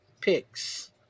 picks